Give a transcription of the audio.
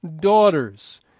Daughters